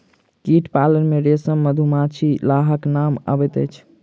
कीट पालन मे रेशम, मधुमाछी, लाहक नाम अबैत अछि